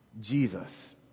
Jesus